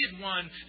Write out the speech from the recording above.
one